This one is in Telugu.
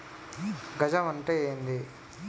గజం అంటే ఏంది?